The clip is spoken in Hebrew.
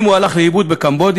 אם הוא הלך לאיבוד בקמבודיה,